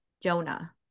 Jonah